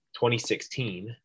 2016